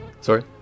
Sorry